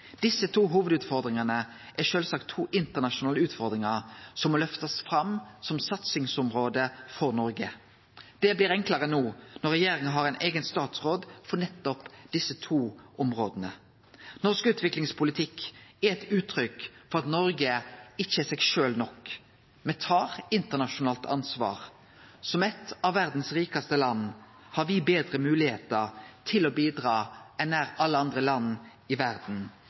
Desse to hovudutfordringane er sjølvsagt to internasjonale utfordringar som må løftast fram som satsingsområde for Noreg. Det blir enklare no når regjeringa har ein eigen statsråd for nettopp desse to områda. Norsk utviklingspolitikk er eit uttrykk for at Noreg ikkje er seg sjølv nok. Me tar internasjonalt ansvar. Som eit av verdas rikaste land har me betre moglegheiter til å bidra enn nær alle andre land i verda.